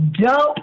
dope